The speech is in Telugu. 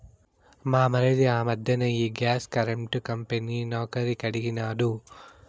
మా మరిది ఆ మధ్దెన ఈ గ్యాస్ కరెంటు కంపెనీ నౌకరీ కడిగినాడు